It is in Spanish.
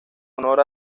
honor